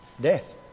death